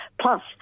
Plus